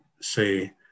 say